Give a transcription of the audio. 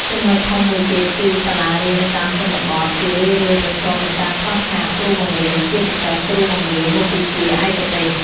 ចំនុចធំមួយទៀត គឺសាលារៀននៅតាមជនបទជារឿយៗប្រឈមនឹងការខ្វះខាតគ្រូបង្រៀន ជាពិសេសគ្រូបង្រៀនមុខវិជ្ជាឯកទេស។